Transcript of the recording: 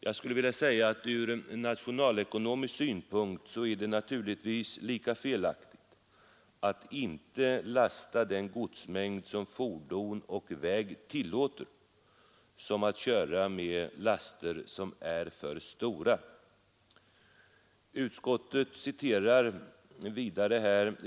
Jag vill säga att ur nationalekonomisk synpunkt är det lika felaktigt att inte lasta den godsmängd som fordon och väg tillåter som att köra med laster som är för stora.